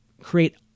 create